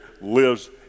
lives